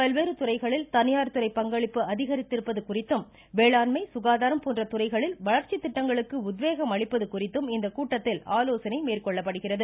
பல்வேறு துறைகளில் தனியார் துறை பங்களிப்பு அதிகரித்திருப்பது குறித்தும் வேளாண்மை சுகாதாரம் போன்ற துறைகளில் வளர்ச்சி திட்டங்களுக்கு உத்வேகம் இக்கூட்டத்தில் ஆலோசனை மேற்கொள்ளப்படுகிறது